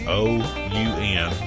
o-u-n